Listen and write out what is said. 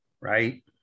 right